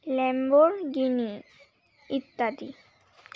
Lamborghini ইত্যাদি